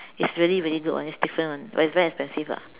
it's really really good [one] it's different [one] but it's very expensive ah